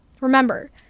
remember